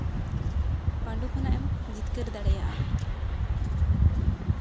ᱯᱟᱺᱰᱩ ᱠᱷᱚᱱᱟᱜ ᱮᱢ ᱡᱤᱛᱠᱟᱹᱨ ᱫᱟᱲᱮᱭᱟᱜᱼᱟ